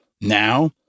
Now